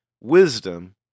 wisdom